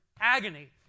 agony